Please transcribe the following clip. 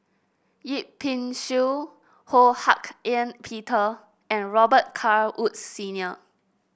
Yip Pin Xiu Ho Hak Ean Peter and Robet Carr Woods Senior